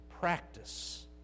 practice